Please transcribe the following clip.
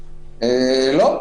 לא.